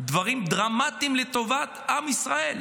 דברים דרמטיים לטובת עם ישראל,